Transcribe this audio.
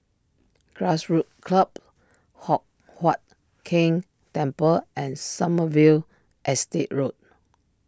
Grassroots Club Hock Huat Keng Temple and Sommerville Estate Road